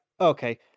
okay